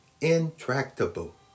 intractable